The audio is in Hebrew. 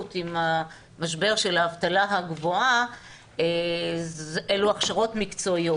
עם המשבר של האבטלה הגבוהה ואלו הכשרות מקצועיות,